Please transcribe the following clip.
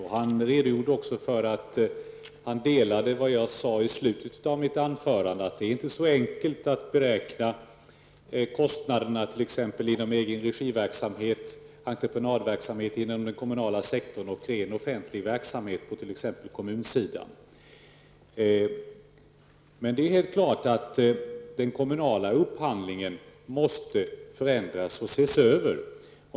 Han sade också att han delade de synpunkter jag framförde i slutet av mitt anförande, nämligen att det inte är så enkelt att beräkna kostnaderna inom t.ex. verksamhet i egen regi, entreprenadverksamhet inom den kommunala sektorn, och offentlig verksamhet inom t.ex. kommuner. Det är helt klart att den kommunala upphandlingen måste förändras och ses över.